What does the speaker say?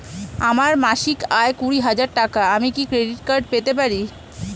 আমার মাসিক আয় কুড়ি হাজার টাকা আমি কি ক্রেডিট কার্ড পেতে পারি?